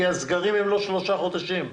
הסגרים הם לא שלושה חודשים.